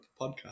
podcast